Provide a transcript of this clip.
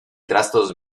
trastos